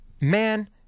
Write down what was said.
man